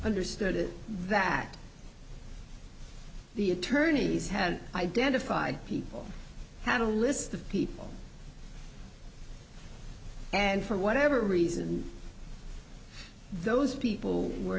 understood it that the attorneys had identified people had a list of people and for whatever reason those people were